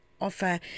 offer